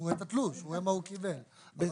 אבל בסדר,